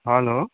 hello